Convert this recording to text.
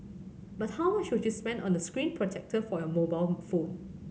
but how much would you spend on the screen protector for your mobile phone